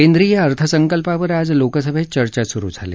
केंद्रीय अर्थसंकल्पावर आज लोकसभेत चर्चा सुरु झाली